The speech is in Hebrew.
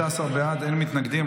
בעד, אין מתנגדים.